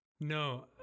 No